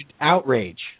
Outrage